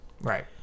right